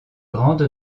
grande